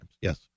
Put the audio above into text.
yes